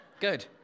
good